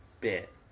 bit